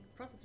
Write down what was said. processor